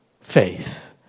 faith